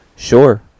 Sure